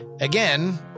Again